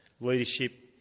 leadership